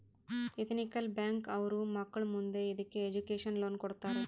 ethical bank ಅವ್ರು ಮಕ್ಳು ಮುಂದೆ ಇದಕ್ಕೆ ಎಜುಕೇಷನ್ ಲೋನ್ ಕೊಡ್ತಾರ